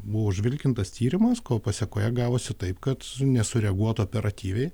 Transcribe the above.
buvo užvilkintas tyrimas ko pasekoje gavosi taip kad nesureaguota operatyviai